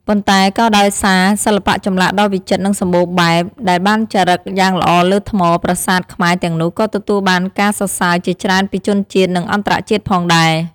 ប៉ុន្តែក៏ដោយសារសិល្បៈចម្លាក់ដ៏វិចិត្រនិងសម្បូរបែបដែលបានចារឹកយ៉ាងល្អលើថ្ម ប្រាសាទខ្មែរទាំងនោះក៏ទទួលបានការសរសើរជាច្រើនពីជនជាតិ និងអន្តរជាតិផងដែរ។